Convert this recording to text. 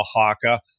oaxaca